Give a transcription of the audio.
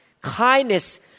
kindness